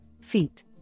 feet